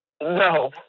No